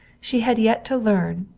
she had yet to learn,